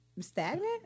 Stagnant